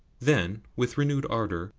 then, with renewed ardour,